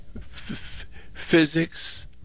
physics